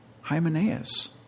Hymenaeus